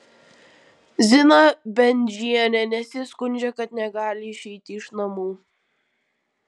zina bendžienė nesiskundžia kad negali išeiti iš namų